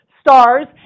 stars